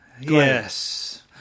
yes